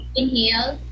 inhale